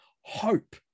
hope